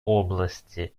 области